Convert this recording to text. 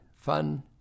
fun